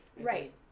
right